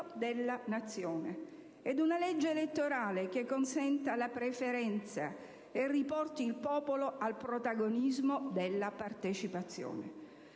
della Nazione, ed una legge elettorale che consenta la preferenza e riporti il popolo al protagonismo della partecipazione.